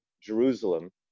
Jerusalem